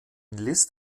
list